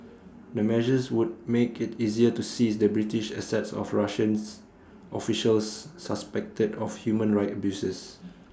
the measures would make IT easier to seize the British assets of Russians officials suspected of human rights abuses